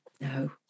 No